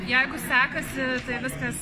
jeigu sekasi viskas